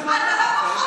נורמליים?